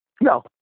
No